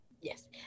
Yes